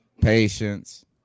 Patience